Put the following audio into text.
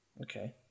Okay